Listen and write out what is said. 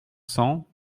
cents